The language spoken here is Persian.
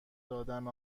دادن